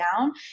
down